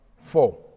four